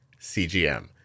CGM